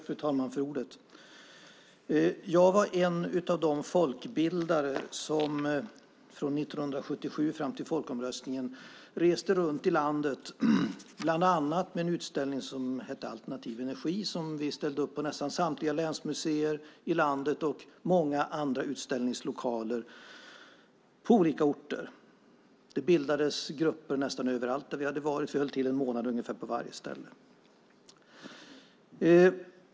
Fru talman! Jag var en av de folkbildare som från 1977 fram till folkomröstningen reste runt i landet bland annat med en utställning som hette Alternativ energi som vi ställde upp på nästan samtliga länsmuseer i landet och i många andra utställningslokaler på olika orter. Det bildades grupper nästan överallt där vi hade varit. Vi höll till i ungefär en månad på varje ställe.